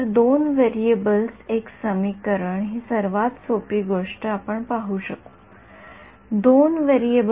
तर दोन व्हेरिएबल्स एक समीकरण ही सर्वात सोपी गोष्ट आपण पाहू शकू दोन व्हेरिएबल्समधील एक समीकरण रेषा काय आहे